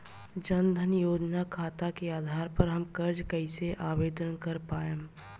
जन धन योजना खाता के आधार पर हम कर्जा कईसे आवेदन कर पाएम?